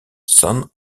san